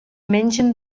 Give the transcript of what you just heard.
menschen